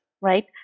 right